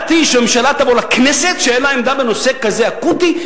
שהממשלה תבוא לכנסת כשאין לה עמדה בנושא כזה אקוטי,